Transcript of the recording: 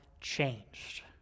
changed